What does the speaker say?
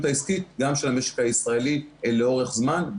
העסקית גם של המשק הישראלי לאורך זמן.